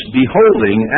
beholding